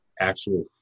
actual